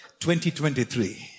2023